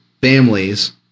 families